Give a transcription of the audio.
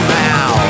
now